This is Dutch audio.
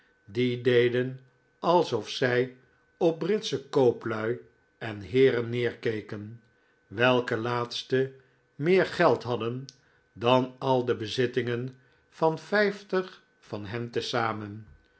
die deden alsof zij op britsche kooplui en heeren neerkeken welke laatste meer geld hadden dan al de bezittingen van vijftig van hen te zamen